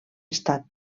estat